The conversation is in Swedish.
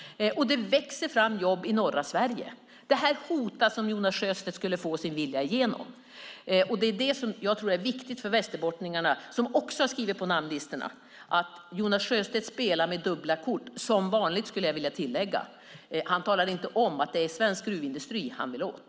Det växer fram jobb i norra Sverige. Detta hotas om Jonas Sjöstedt skulle få sin vilja igenom. Det är detta som är viktigt att veta för västerbottningarna, som också har skrivit på namnlistorna: Jonas Sjöstedt spelar med dubbla kort - som vanligt, skulle jag vilja tillägga. Han talar inte om att det är svensk gruvindustri han vill åt.